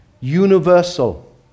universal